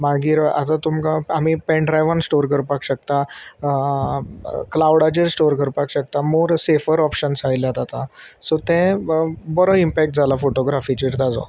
मागीर आतां तुमकां आमी पेनड्रायव्हान स्टोर करपाक शकता क्लाडाचेर स्टोर करपाक शकता मोर सेफर ऑप्शन्स आयल्यात आतां सो ते बरो इम्पॅक्ट जाला फोटोग्राफीचेर ताजो